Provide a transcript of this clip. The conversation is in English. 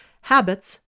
habits